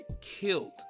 killed